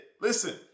Listen